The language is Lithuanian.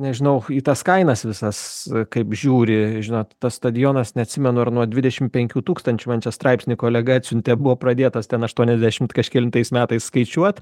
nežinau į tas kainas visas kaip žiūri žinot tas stadionas neatsimenu ar nuo dvidešim penkių tūkstančių man čia straipsnį kolega atsiuntė buvo pradėtas ten aštuoniasdešimt kažkelintais metais skaičiuot